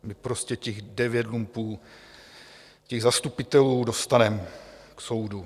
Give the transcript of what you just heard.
My prostě těch devět lumpů, těch zastupitelů, dostaneme k soudu.